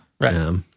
Right